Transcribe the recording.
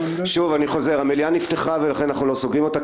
אני חוזר המליאה נפתחה ולכן אנחנו לא סוגרים אותה.